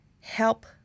help